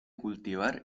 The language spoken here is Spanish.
cultivar